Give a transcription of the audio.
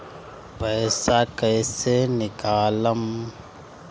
पैसा कैसे निकालम?